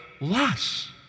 loss